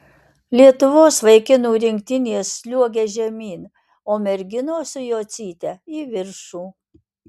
lietuvos vaikinų rinktinės sliuogia žemyn o merginos su jocyte į viršų